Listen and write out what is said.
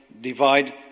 divide